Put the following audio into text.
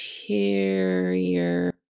interior